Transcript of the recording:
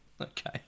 Okay